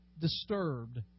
disturbed